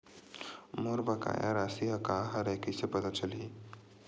मोर बकाया राशि का हरय कइसे पता चलहि?